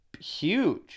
huge